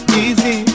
easy